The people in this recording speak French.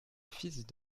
fils